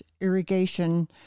irrigation